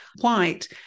white